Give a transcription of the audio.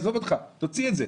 עזוב אותך, תוציא את זה.